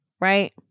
Right